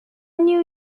new